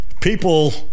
people